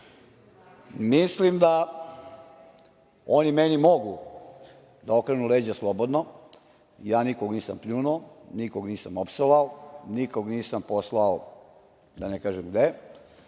da oni meni mogu da okrenu leđa slobodno, ja nikoga nisam pljunuo, nikoga nisam opsovao, nikoga nisam poslao da ne kažem gde,